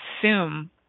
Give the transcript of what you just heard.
assume